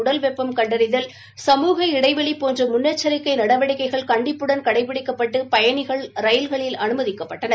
உடல் வெப்பம் கண்டறிதல் சமூக இடைவெளி போன்ற முன்னெச்சிக்கை நடவடிக்கைகள் கண்டிப்புடன் கடைபிடிக்கப்பட்டு பயணிகள் ரயில்களில் அனுமதிக்கப்பட்டனர்